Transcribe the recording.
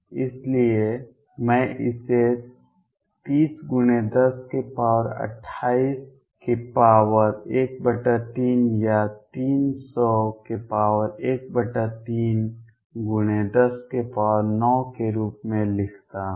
इसलिए मैं इसे 30×102813 या 30013109 के रूप में लिखता हूं